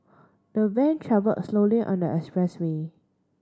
the van travelled slowly on the expressway